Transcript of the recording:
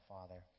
Father